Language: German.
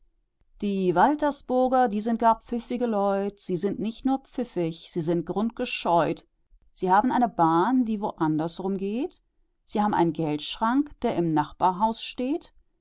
die waltersburger die sind gar pfiffige leut sie sind nicht nur pfiffig sie sind grundgescheut sie haben eine bahn die woanders rum geht sie ham einen geldschrank der im nachbarhaus steht